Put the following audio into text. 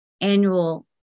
annual